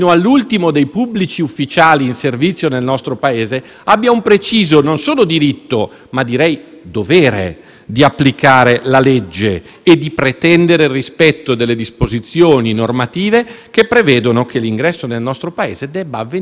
dovere di applicare la legge e di pretendere il rispetto delle disposizioni normative che prevedono che l'ingresso nel nostro Paese debba avvenire in determinate circostanze e secondo determinati presupposti.